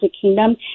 Kingdom